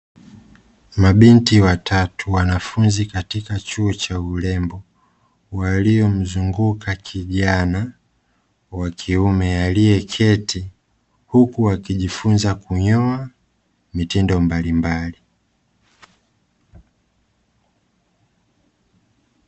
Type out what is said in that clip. Mabinti watatu wanafunzi katika chuo cha urembo, waliomzunguka kijana wa kiume, aliyeketi, huku wakijifunza kunyoa mitindo mbalimbali.